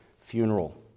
funeral